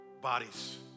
bodies